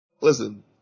Listen